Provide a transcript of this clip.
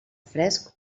fresc